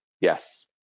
Yes